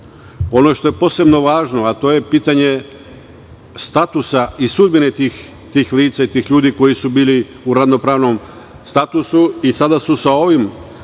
što je posebno važno, to je pitanje statusa i sudbine tih lica i tih ljudi koji su bili u radno-pravnom statusu i sada su sa ovom